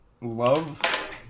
Love